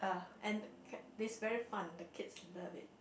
and k~ it's very fun the kids love it